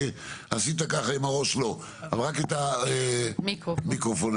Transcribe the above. שדה, בלי מכפלות?